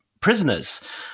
prisoners